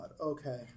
Okay